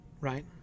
right